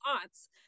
thoughts